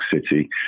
City